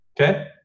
Okay